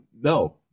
No